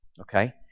Okay